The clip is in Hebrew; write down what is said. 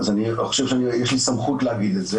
אני חושב שיש לי סמכות להגיד את זה